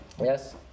Yes